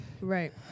Right